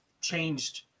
changed